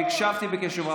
והקשבתי בקשב רב.